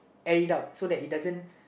air it out so that it doesn't